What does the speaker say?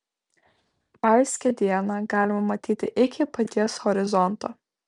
vaiskią dieną galima matyti iki paties horizonto